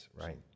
right